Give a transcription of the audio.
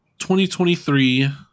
2023